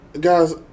guys